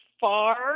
far